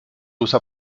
usa